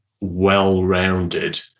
well-rounded